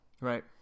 Right